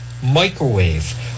Microwave